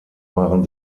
waren